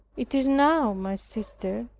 it is now, my sister,